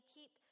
Keep